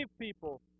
people